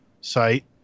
site